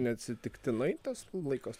neatsitiktinai tas laikas